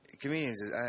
comedians